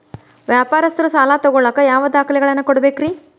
ವ್ಯಾಪಾರಸ್ಥರು ಸಾಲ ತಗೋಳಾಕ್ ಯಾವ ದಾಖಲೆಗಳನ್ನ ಕೊಡಬೇಕ್ರಿ?